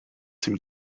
seem